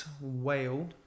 whale